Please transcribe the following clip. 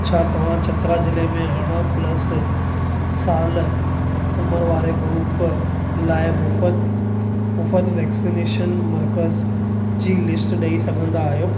छा तव्हां चतरा जिलें में अरिड़हं प्लस साल उमिरि वारे ग्रुप लाइ मुफ़्त मुफ़्त वैक्सीनेशन मर्कज़ जी लिस्ट ॾई सघंदा आहियो